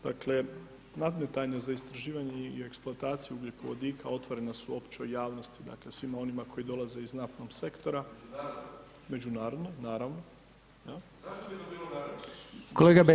Dakle, nadmetanje za istraživanje i eksploataciju ugljikovodika otvorena su općoj javnosti, dakle, svima onima koji dolaze iz naftnog sektora, međunarodnog, naravno, jel.